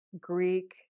Greek